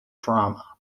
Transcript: drama